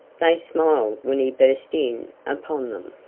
they smiled when he burst in upon them.